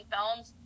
Films